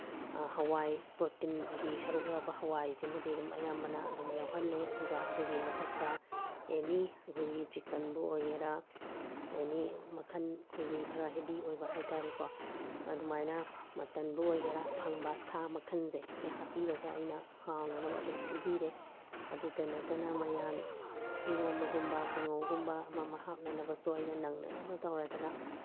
ꯍꯋꯥꯏ ꯄ꯭ꯔꯣꯇꯤꯟꯒꯤ ꯁꯔꯨꯛ ꯌꯥꯎꯕ ꯍꯋꯥꯏꯁꯤꯃꯗꯤ ꯑꯗꯨꯝ ꯑꯌꯥꯝꯕꯅ ꯑꯗꯨꯝ ꯌꯥꯎꯍꯜꯂꯦ ꯑꯗꯨꯒ ꯑꯗꯨꯒꯤ ꯃꯊꯛꯇ ꯑꯦꯅꯤ ꯑꯩꯈꯣꯏꯒꯤ ꯆꯤꯛꯀꯟꯕꯨ ꯑꯣꯏꯒꯦꯔꯥ ꯑꯦꯅꯤ ꯃꯈꯟ ꯑꯩꯈꯣꯏꯒꯤ ꯈꯔ ꯍꯦꯕꯤ ꯑꯣꯏꯕ ꯍꯥꯏꯕ ꯇꯥꯔꯦꯀꯣ ꯑꯗꯨꯃꯥꯏꯅ ꯃꯇꯟꯕꯨ ꯑꯣꯏꯒꯦꯔꯥ ꯐꯪꯕ ꯁꯥ ꯃꯈꯜꯁꯦ ꯁꯤ ꯍꯥꯞꯄꯤꯔꯒ ꯑꯩꯅ ꯍꯥꯎꯅꯅꯕ ꯑꯗꯨꯝ ꯁꯤꯟꯕꯤꯔꯦ ꯑꯗꯨꯇ ꯅꯠꯇꯅ ꯃꯌꯥꯟ ꯏꯔꯣꯟꯕꯒꯨꯝꯕ ꯀꯥꯡꯉꯧꯒꯨꯝꯕ ꯑꯃ ꯑꯃ ꯍꯥꯞꯅꯅꯕꯁꯨ ꯑꯩꯅ ꯅꯪꯅꯅꯕ ꯇꯧꯔꯗꯅ